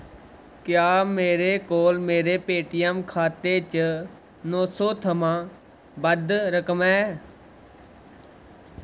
क्या मेरे कोल मेरे पेऽटीऐम्म खाते च नौ सौ थमां बद्ध रकम ऐ